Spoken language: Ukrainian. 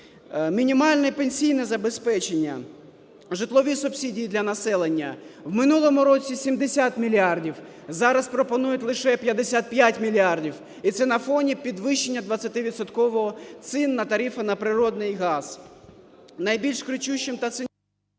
Мінімальне пенсійне забезпечення, житлові субсидії для населення в минулому році - 70 мільярдів, зараз пропонують лише 55 мільярдів. І це на фоні підвищення 20-відсоткового цін на тарифи на природний газ.